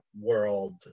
world